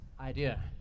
idea